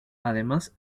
además